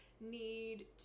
Need